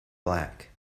black